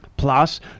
Plus